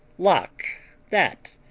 locke that,